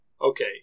okay